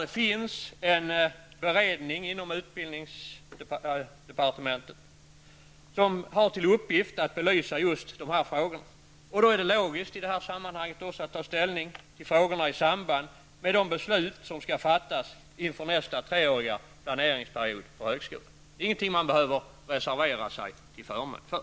Det finns en beredning inom utbildningsdepartementet som har till uppgift att belysa just dessa frågor. Då är det logiskt att ta ställning till frågorna i samband med de beslut som skall fattas inför nästa treåriga planeringsperiod för högskolan. Det är ingenting som man nu behöver reservera sig till förmån för.